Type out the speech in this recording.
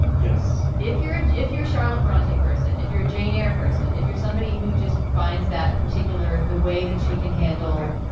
yes, if you're ah if you're charlotte bronte person, if you're jane eyre person. if you're somebody who just finds that particular. the way that she can handle,